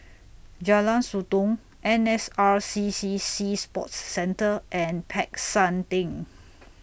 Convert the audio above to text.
Jalan Sotong N S R C C Sea Sports Centre and Peck San Theng